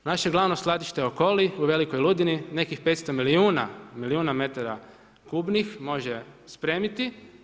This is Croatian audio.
Naše glavno skladište Okoli u Velikoj Ludini, nekih 500 milijuna metara kubnih može spremiti.